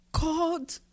God